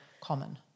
common